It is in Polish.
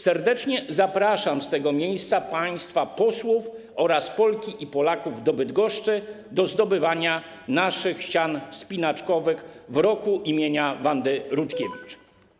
Serdecznie zapraszam z tego miejsca państwa posłów oraz Polki i Polaków do Bydgoszczy - do zdobywania naszych ścian wspinaczkowych w roku imienia Wandy Rutkiewicz.